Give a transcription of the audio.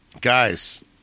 Guys